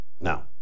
Now